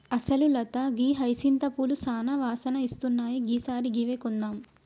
అసలు లత గీ హైసింత పూలు సానా వాసన ఇస్తున్నాయి ఈ సారి గివ్వే కొందాం